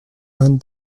and